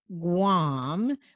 Guam